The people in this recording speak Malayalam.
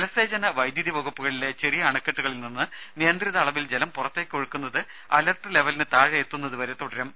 ജലസേചന വൈദ്യുതി വകുപ്പുകളിലെ ചെറിയ അണക്കെട്ടുകളിൽ നിന്ന് നിയന്ത്രിത അളവിൽ ജലം പുറത്തേക്ക് ഒഴുക്കുന്നത് അലർട്ട് ലെവലിന് താഴെ എത്തുന്നത് വരെ തുടരും